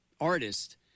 artist